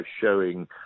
showing